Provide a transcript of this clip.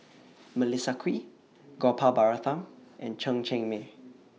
Melissa Kwee Gopal Baratham and Chen Cheng Mei